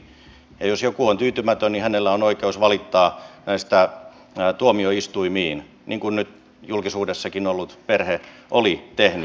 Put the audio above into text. jos joku on tyytymätön niin hänellä on oikeus valittaa näistä tuomioistuimiin niin kuin nyt julkisuudessakin ollut perhe oli tehnyt